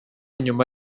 nyuma